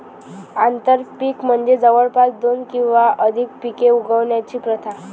आंतरपीक म्हणजे जवळपास दोन किंवा अधिक पिके उगवण्याची प्रथा